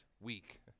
week